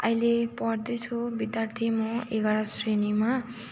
आहिले पढ्दै छु विद्यार्थी म एघार श्रेणीमा